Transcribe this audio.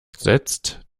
setzt